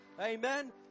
Amen